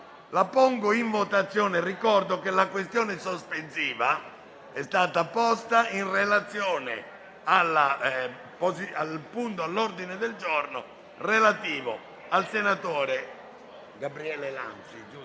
La pongo in votazione, ricordando che la proposta di sospensiva è stata posta in relazione al punto all'ordine del giorno relativo al senatore Gabriele Lanzi.